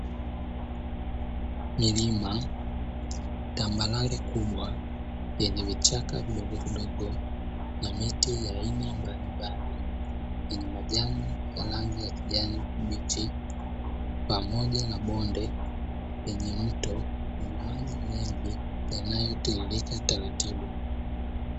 Milima, tambarare, kubwa yenye vichaka vidogo vidogo na miti ya aina mbalimbali yenye majani ya rangi ya kijani, pamoja na bonde penye mto wenye maji mengi yanayotiririka taratibu.